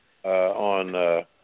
on